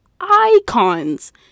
icons